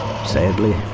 Sadly